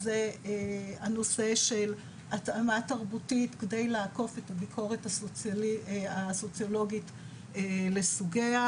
הנושא של התאמה תרבותית כדי לעקוף את הביקורת הסוציולוגית לסוגיה,